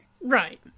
right